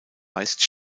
weist